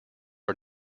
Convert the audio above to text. are